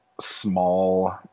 small